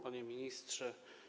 Panie Ministrze!